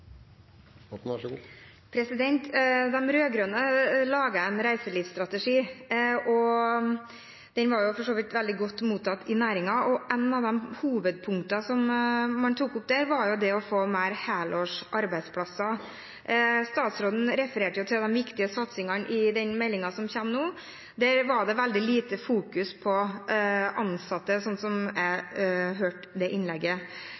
ble for så vidt godt mottatt i næringen. Et av hovedpunktene som man tok opp der, var å få flere helårs arbeidsplasser. Statsråden refererte til de viktige satsingene i den meldingen som kommer nå. Der var det veldig lite fokus på ansatte, sånn som jeg hørte det innlegget.